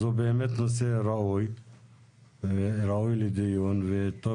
והוא באמת נושא ראוי לדיון, וטוב